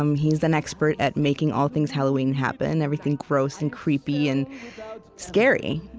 um he's an expert at making all things halloween happen everything gross and creepy and scary.